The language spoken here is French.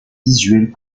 visuelle